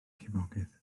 llifogydd